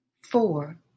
four